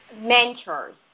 mentors